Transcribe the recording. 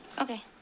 okay